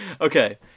Okay